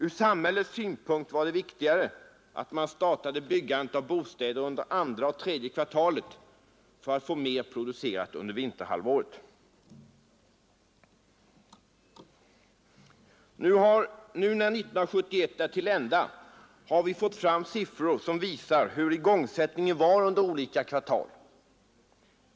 Ur samhällets synpunkt var det viktigare att man startade byggandet av bostäder under andra och tredje kvartalen för att få mer producerat under vinterhalvåret. Nu, när 1971 är till ända, har vi fått fram siffror som visar igångsättningen under olika kvartal.